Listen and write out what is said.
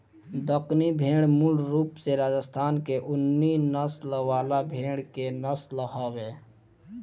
दक्कनी भेड़ मूल रूप से राजस्थान के ऊनी नस्ल वाला भेड़ के नस्ल हवे